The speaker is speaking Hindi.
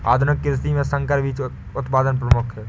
आधुनिक कृषि में संकर बीज उत्पादन प्रमुख है